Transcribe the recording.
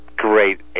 Great